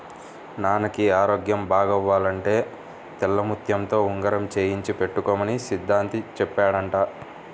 నాన్నకి ఆరోగ్యం బాగవ్వాలంటే తెల్లముత్యంతో ఉంగరం చేయించి పెట్టుకోమని సిద్ధాంతి చెప్పాడంట